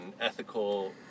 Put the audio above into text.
ethical